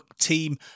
team